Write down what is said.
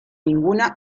ninguna